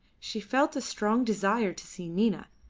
she felt a strong desire to see nina,